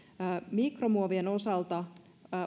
mikromuovien osalta